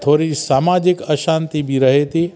थोरी समाजिक अशांती बि रहे थी